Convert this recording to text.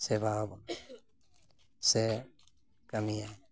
ᱥᱮᱵᱟᱣ ᱥᱮ ᱠᱟᱹᱢᱤᱭᱟᱭ